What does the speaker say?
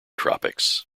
tropics